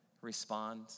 respond